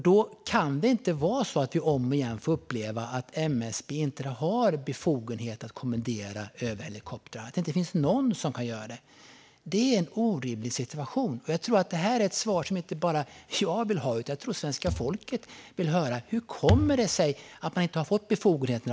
Då kan det inte vara så att vi om igen måste uppleva att MSB inte har befogenheter att kommendera över helikoptrar och att det inte finns någon som kan göra det. Det är en orimlig situation. Jag tror att detta är något som inte bara jag vill ha svar på; jag tror att även svenska folket vill höra hur det kommer sig att MSB inte har fått befogenheter.